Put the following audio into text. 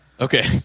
Okay